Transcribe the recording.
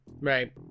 Right